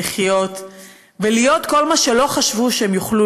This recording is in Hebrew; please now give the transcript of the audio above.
לחיות ולהיות כל מה שלא חשבו שהם יוכלו